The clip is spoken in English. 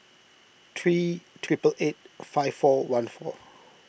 three treble eight five four one four